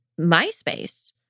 MySpace